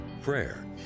prayer